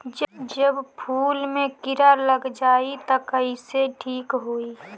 जब फूल मे किरा लग जाई त कइसे ठिक होई?